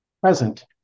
Present